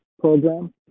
program